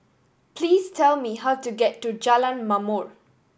please tell me how to get to Jalan Ma'mor